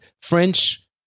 French